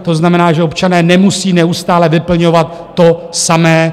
To znamená, že občané nemusí neustále vyplňovat to samé.